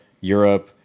Europe